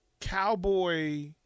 cowboy